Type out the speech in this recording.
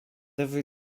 every